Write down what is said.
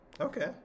okay